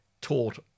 taught